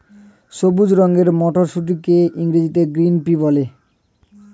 সবুজ রঙের মটরশুঁটিকে ইংরেজিতে গ্রিন পি বলে